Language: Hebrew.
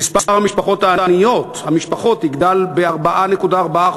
מספר המשפחות העניות יגדל ב-4.4%,